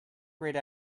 grayed